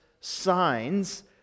signs